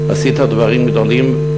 עשית דברים גדולים.